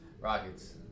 rockets